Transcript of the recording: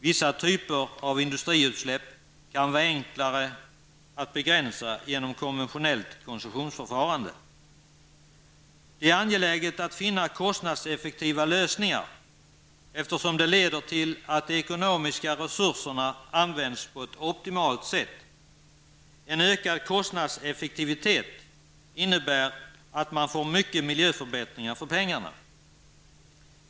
Vissa typer av industriutsläpp kan vara enklare att begränsa genom konventionellt koncessonsförfarande. Det är angeläget att finna kostnadseffektiva lösningar, eftersom de leder till att de ekonomiska resurserna används på ett optimalt sätt. En ökad kostnadseffektivitet innebär att man får mycket miljöförbättringar för pengarna.